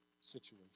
situation